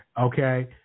Okay